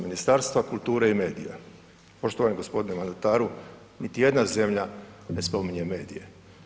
Ministarstva kulture i medija, poštovani g. mandataru, niti jedna zemlja ne spominje medije.